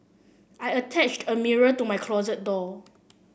I attached a mirror to my closet door